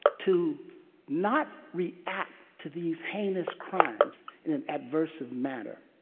to not react to these heinous crimes in an adversive manner.